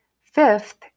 Fifth